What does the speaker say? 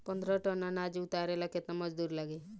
पन्द्रह टन अनाज उतारे ला केतना मजदूर लागी?